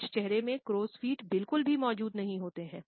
कुछ चेहरों में क्रो फ़ीटबिल्कुल भी मौजूद नहीं होते है